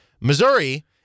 Missouri